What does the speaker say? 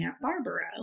Barbara